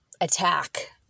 attack